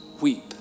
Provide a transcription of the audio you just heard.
weep